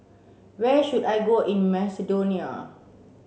where should I go in Macedonia